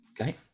Okay